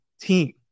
team